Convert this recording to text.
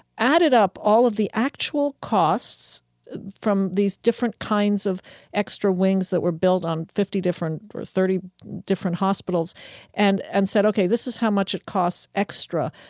added up all of the actual costs from these different kinds of extra wings that were built on fifty different or thirty different hospitals and and said, ok, this is how much it costs extra.